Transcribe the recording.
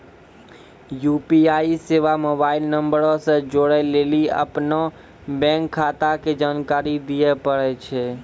UPI सेबा mobile नंबरो से जोड़ै लेली अपनो बैंक खाता के जानकारी दिये पड़ै छै